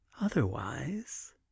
Otherwise